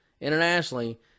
internationally